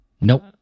Nope